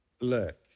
Look